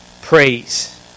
praise